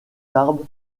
tarbes